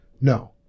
No